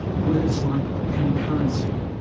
words like concurrency,